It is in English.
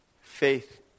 Faith